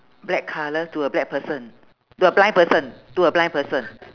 black colour to a black person to a blind person to a blind person